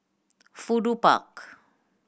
Fudu Park